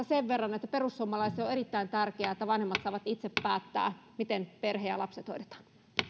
sen verran että perussuomalaisille on erittäin tärkeää että vanhemmat saavat itse päättää miten perhe ja lapset hoidetaan